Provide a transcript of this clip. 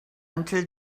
until